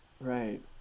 Right